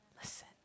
listen